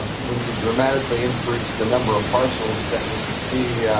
when we dramatically increase the number of parcels that would be,